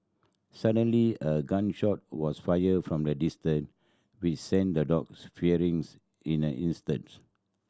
suddenly a gun shot was fired from the distance which sent the dogs fleeing in an instance